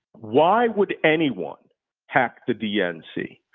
why would anyone hack the dnc?